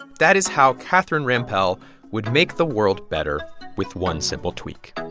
that is how catherine rampell would make the world better with one simple tweak